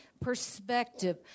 perspective